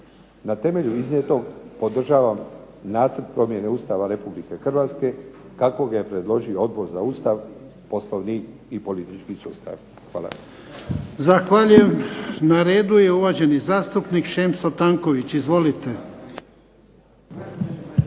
Na temelju iznijetog podržavam Nacrt promjene Ustava Republike Hrvatske kako ga je predložio Odbor za Ustav, Poslovnik i politički sustav. Hvala. **Jarnjak, Ivan (HDZ)** Zahvaljujem. Na redu je uvaženi zastupnik Šemso Tanković. Izvolite.